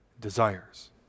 desires